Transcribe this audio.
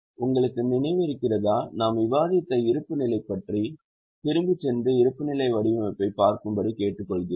உங்களுக்கு நினைவிருக்கிறதா நாம் விவாதித்த இருப்புநிலை பற்றி திரும்பிச் சென்று இருப்புநிலை வடிவமைப்பைப் பார்க்கும்படி கேட்டுக்கொள்கிறேன்